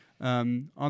On